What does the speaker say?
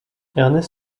ernest